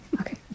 okay